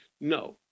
no